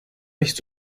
nicht